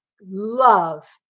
love